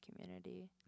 community